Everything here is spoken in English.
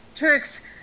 Turks